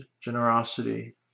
generosity